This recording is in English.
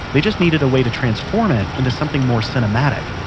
they just needed a way to transform it into something more cinematic,